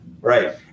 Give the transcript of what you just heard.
Right